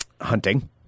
hunting